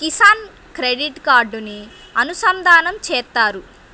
Kisan credit కార్డుని అనుసంధానం చేత్తారు